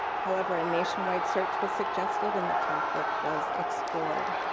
however, a nationwide search was suggested and the topic was explored.